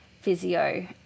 physio